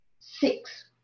Six